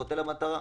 חוטא למטרה,